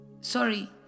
Sorry